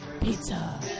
Pizza